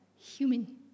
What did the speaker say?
Human